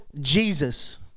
Jesus